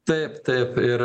taip taip ir